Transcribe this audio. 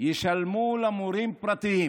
ישלמו למורים פרטיים